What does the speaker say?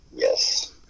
Yes